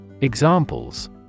Examples